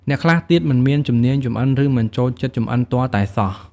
អ្នកខ្លះទៀត មិនមានជំនាញចម្អិន ឬមិនចូលចិត្តចម្អិនទាល់តែសោះ។